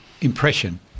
impression